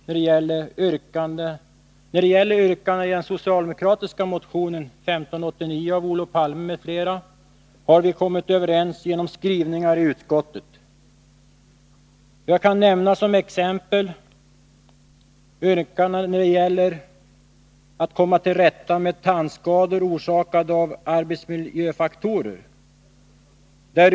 När det gäller yrkandena i den socialdemokratiska motionen 1589 av Olof Palme m.fl. har vi kommit överens genom skrivningar i utskottet. Jag kan som exempel nämna yrkanden när det gäller att komma till rätta med tandskador orsakade av arbetsmiljöfaktorer.